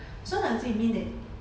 so does it mean that